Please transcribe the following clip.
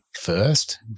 first